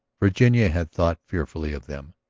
virginia had thought fearfully of them.